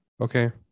okay